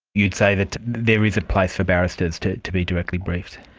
you'd say that there is a place for barristers to to be directly briefed?